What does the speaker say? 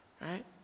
right